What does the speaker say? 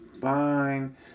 fine